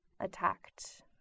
attacked